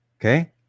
okay